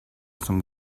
some